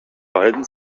beiden